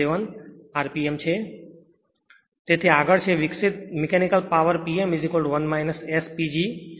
હવે આગળ છે વિકસિત mechanical power P m1 S PG